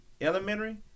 elementary